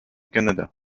canada